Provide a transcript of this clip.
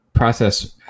process